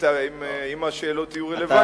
אם השאלות יהיו רלוונטיות.